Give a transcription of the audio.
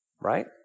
Right